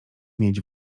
mieć